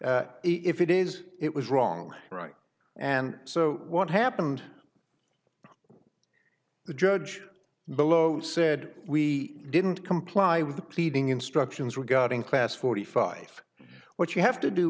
if it is it was wrong right and so what happened the judge below said we didn't comply with the pleading instructions regarding class forty five what you have to do